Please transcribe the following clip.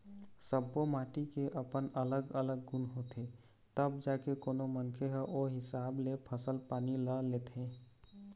सब्बो माटी के अपन अलग अलग गुन होथे तब जाके कोनो मनखे ओ हिसाब ले फसल पानी ल लेथे